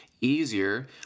easier